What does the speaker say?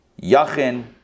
Yachin